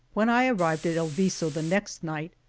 when i arrived at el viso the next night,